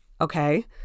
okay